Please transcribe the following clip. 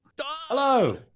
Hello